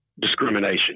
discrimination